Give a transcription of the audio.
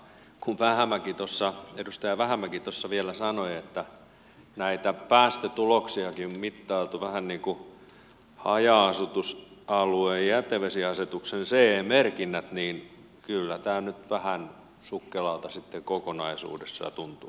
kun edustaja vähämäki sanoi että näitä päästötuloksiakin on mittailtu vähän niin kuin haja asutusalueen jätevesiasetuksen ce merkintöjä niin kyllä tämä nyt vähän sukkelalta sitten kokonaisuudessaan tuntuu